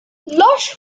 lush